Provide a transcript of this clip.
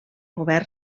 govern